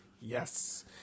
yes